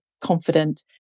confident